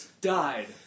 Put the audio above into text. died